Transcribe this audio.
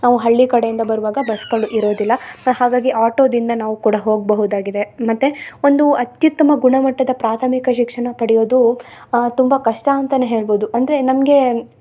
ನಾವು ಹಳ್ಳಿ ಕಡೆಯಿಂದ ಬರುವಾಗ ಬಸ್ಗಳು ಇರೋದಿಲ್ಲ ಹಾಗಾಗಿ ಆಟೋದಿಂದ ನಾವು ಕೂಡ ಹೋಗಬಹುದಾಗಿದೆ ಮತ್ತು ಒಂದು ಅತ್ಯುತ್ತಮ ಗುಣಮಟ್ಟದ ಪ್ರಾಥಮಿಕ ಶಿಕ್ಷಣ ಪಡಿಯೋದು ತುಂಬ ಕಷ್ಟ ಅಂತಾ ಹೇಳ್ಬೌದು ಅಂದರೆ ನಮಗೆ